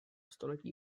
století